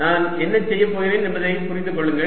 நான் என்ன செய்கிறேன் என்பதை புரிந்து கொள்ளுங்கள்